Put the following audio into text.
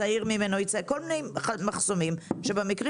צעיר ממנו כל מיני מחסומים במקרים